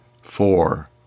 four